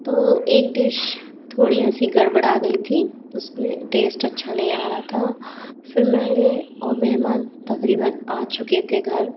तो एक डिश थोड़ी ऐसी गड़बड़ा गई थी उसमें टेस्ट अच्छा नहीं आ रहा था फिर मेरे और मेहमान तक़रीबन आ चुके थे घर